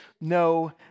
no